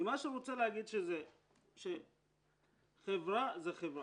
אני רוצה להגיד שחברה זה חברה,